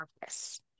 purpose